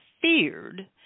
feared